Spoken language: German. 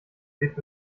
lebt